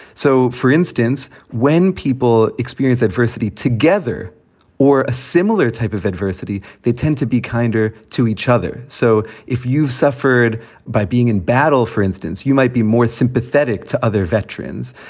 so, for instance, when people experience adversity together or a similar type of adversity, they tend to be kinder to each other. so if you've suffered by being in battle, for instance, you might be more sympathetic to other veterans.